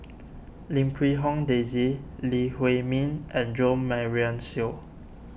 Lim Quee Hong Daisy Lee Huei Min and Jo Marion Seow